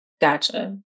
Gotcha